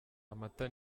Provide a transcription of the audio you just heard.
amata